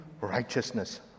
righteousness